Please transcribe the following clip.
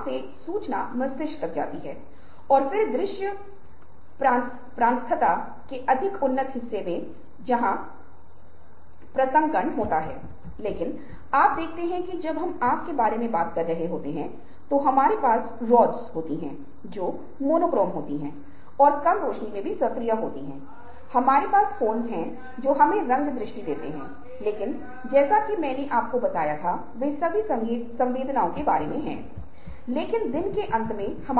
इसलिए 1 अंक दिया जाता है अगर यह समूह के सदस्यों के 1 प्रतिशत द्वारा दिया जाता है जो वे अद्वितीय हैं और 2 अंक दिए गए हैं और कुल मिलाकर सभी अंको से अधिक अंक